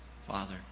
Father